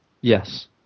yes